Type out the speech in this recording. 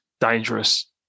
dangerous